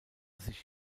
sich